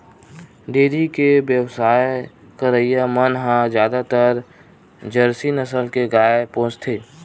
dairy के बेवसाय करइया मन ह जादातर जरसी नसल के गाय पोसथे